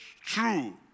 true